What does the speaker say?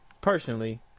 personally